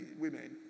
women